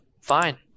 fine